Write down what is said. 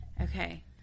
Okay